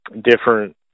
Different